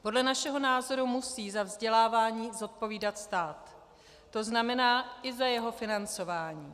Podle našeho názoru musí za vzdělávání zodpovídat stát, to znamená i za jeho financování.